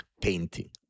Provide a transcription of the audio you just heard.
painting